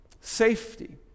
safety